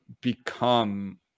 become